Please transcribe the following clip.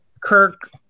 Kirk